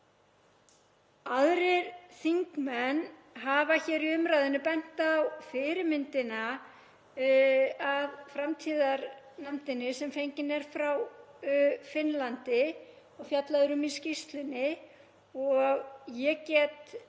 Aðrir þingmenn hafa hér í umræðunni bent á fyrirmyndina að framtíðarnefndinni sem fengin er frá Finnlandi og fjallað er um í skýrslunni. Ég get tekið